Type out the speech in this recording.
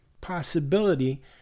possibility